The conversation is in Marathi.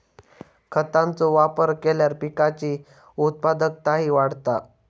खतांचो वापर केल्यार पिकाची उत्पादकताही वाढता